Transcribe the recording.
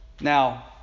Now